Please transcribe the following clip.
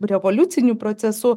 revoliuciniu procesu